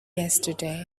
yesterday